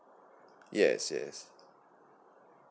yes yes